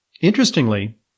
interestingly